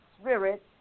spirit